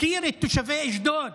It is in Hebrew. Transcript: הפקיר את תושבי אשדוד.